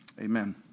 Amen